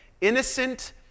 innocent